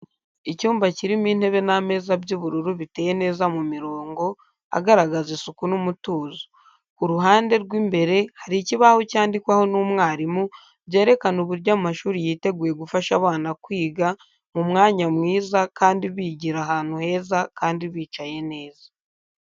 Icyumba kirimo intebe n’ameza by’ubururu biteye neza mu mirongo, agaragaza isuku n’umutuzo. Ku ruhande rw'imbere hari ikibaho cyandikwaho n’umwarimu, byerekana uburyo amashuri yiteguye gufasha abana kwiga mu mwanya mwiza kandi bigira ahantu heza kandi bicaye neza.